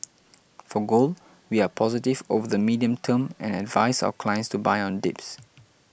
for gold we are positive over the medium term and advise our clients to buy on dips